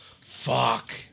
Fuck